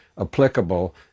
applicable